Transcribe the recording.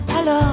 Alors